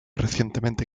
recientemente